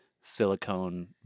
silicone